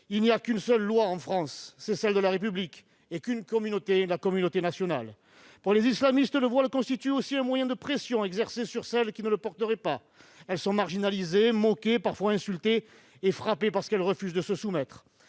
Il n'y a qu'une seule loi en France, celle de la République, et qu'une communauté, la communauté nationale. Pour les islamistes, le voile constitue aussi un moyen de pression exercé sur celles qui ne le porteraient pas : elles sont marginalisées, moquées, parfois insultées et frappées parce qu'elles refusent de se soumettre.